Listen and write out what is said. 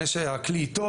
הכלי איתו,